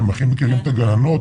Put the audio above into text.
את הגננות,